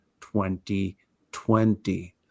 2020